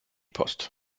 post